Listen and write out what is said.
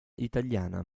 italiana